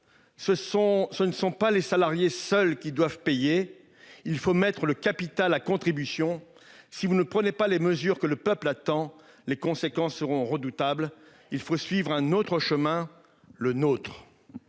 ce ne sont pas les salariés seuls qui doivent payer, il faut mettre le capital à contribution. Si vous ne prenait pas les mesures que le peuple attend les conséquences seront redoutables. Il faut suivre un autre chemin, le nôtre.